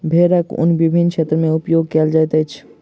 भेड़क ऊन विभिन्न क्षेत्र में उपयोग कयल जाइत अछि